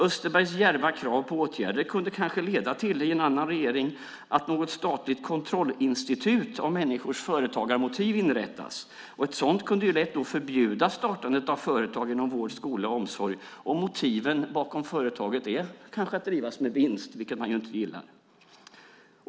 Österbergs djärva krav på åtgärder kunde kanske i en annan regering leda till att ett statligt kontrollinstitut inrättades för kontroll av människors företagarmotiv. Ett sådant institut kunde då lätt förbjuda startandet av företag inom vård, skola och omsorg om ett av de bakomliggande motiven kanske är att företaget ska drivas med vinst - det gillar man ju inte.